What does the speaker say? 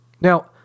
Now